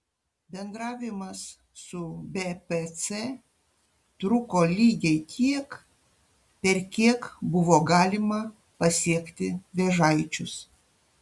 bendravimas su bpc truko lygiai tiek per kiek buvo galima pasiekti vėžaičius